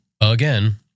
again